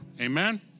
Amen